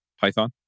Python